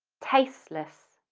tasteless.